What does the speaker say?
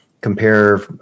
compare